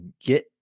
get